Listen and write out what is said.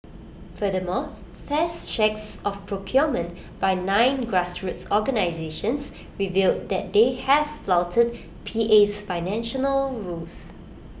furthermore test checks of procurement by nine grassroots organisations revealed that they have flouted PA's financial rules